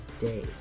day